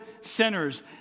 sinners